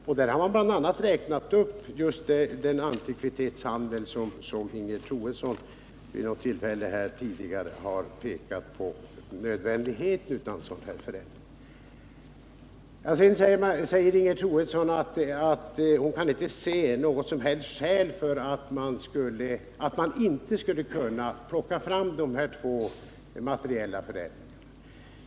Man har därvid också pekat på just den antikvitetshandel som Ingegerd Troedsson vid något tidigare tillfälle här åberopat när det gäller nödvändigheten av en sådan förändring. Sedan sade Ingegerd Troedsson att hon inte kan se något som helst skäl för att man inte skulle kunna göra de här två konkreta förändringarna.